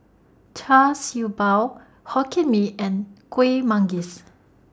Char Siew Bao Hokkien Mee and Kueh Manggis